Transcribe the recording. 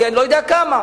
אני לא יודע כמה.